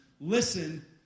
listen